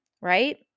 right